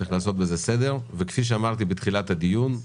צריך לעשות בזה סדר, וכפי שאמרתי בתחילת הדיון,